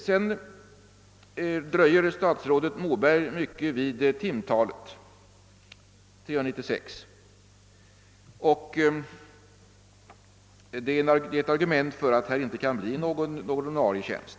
Statsrådet Moberg uppehåller sig mycket vid timantalet 396. Det är ett argument för att här tydligen inte kan bli någon ordinarie tjänst.